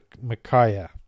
micaiah